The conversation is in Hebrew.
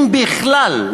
אם בכלל,